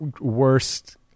worst